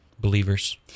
believers